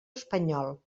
espanyol